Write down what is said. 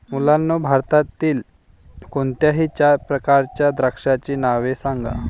मुलांनो भारतातील कोणत्याही चार प्रकारच्या द्राक्षांची नावे सांगा